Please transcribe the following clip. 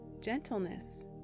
gentleness